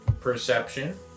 perception